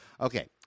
Okay